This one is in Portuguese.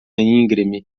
íngreme